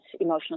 emotional